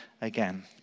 again